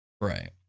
Right